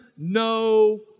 No